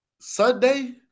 Sunday